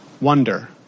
Wonder